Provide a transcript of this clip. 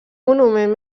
monument